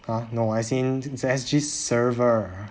!huh! no as in it's a S_G server